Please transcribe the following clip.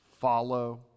follow